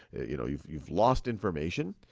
you know, you've you've lost information.